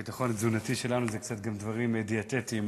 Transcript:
הביטחון התזונתי שלנו זה גם דברים דיאטטיים.